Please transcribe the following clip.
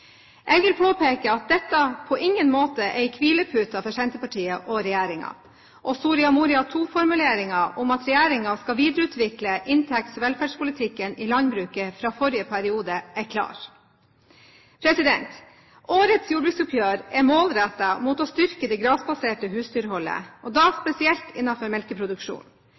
Jeg vil påpeke at dette på ingen måte er en hvilepute for Senterpartiet og regjeringen. Soria Moria II-formuleringen om at regjeringen skal videreutvikle inntekts- og velferdspolitikken i landbruket fra forrige periode, er klar. Årets jordbruksoppgjør er målrettet mot å styrke det grasbaserte husdyrholdet, og da spesielt innenfor melkeproduksjon.